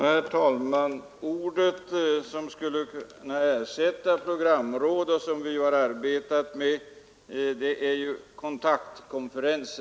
Herr talman! Det ord som skulle kunna ersätta ordet programråd, och som vi har arbetat med är kontaktkonferens.